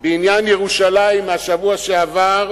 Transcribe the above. בעניין ירושלים מהשבוע שעבר,